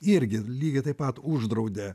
irgi lygiai taip pat uždraudė